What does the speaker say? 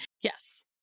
Yes